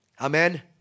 Amen